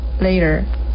later